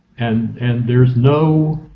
and and there's no.